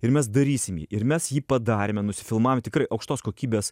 ir mes darysim jį ir mes jį padarėme nusifilmavom tikrai aukštos kokybės